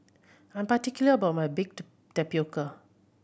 I'm particular about my baked tapioca